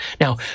Now